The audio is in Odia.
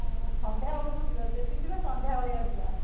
ହଁ ସନ୍ଧ୍ୟାବେଳକୁ ଯିବା ଯଦି ଯିବା ସନ୍ଧ୍ୟାବେଳିଆ ଯିବା